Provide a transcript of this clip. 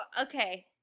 Okay